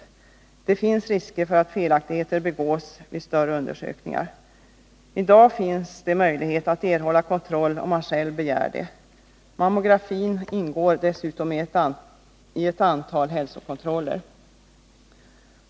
I dag finns det möjlighet att erhålla kontroll om man själv begär det. Mammografin ingår dessutom i ett antal hälsokontroller. Det finns emellertid risker för att felaktigheter kan begås vid större undersökningar.